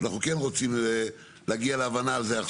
אנחנו כן רוצים להגיע להבנה בעניין הזה,